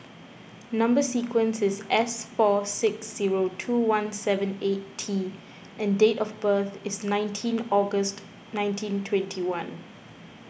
Number Sequence is S four six zero two one seven eight T and date of birth is nineteen August nineteen twenty one